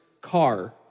car